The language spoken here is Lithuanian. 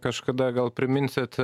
kažkada gal priminsit